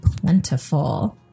plentiful